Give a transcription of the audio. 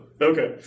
Okay